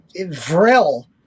vril